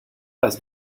als